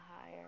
higher